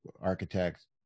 architects